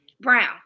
Brown